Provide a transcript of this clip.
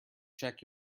check